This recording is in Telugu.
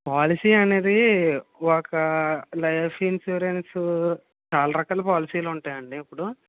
పోలసీ అనేది ఒక లైఫ్ ఇన్సూరెన్సు చాలా రకాల పాలసీలు ఉంటాయండీ ఇప్పుడు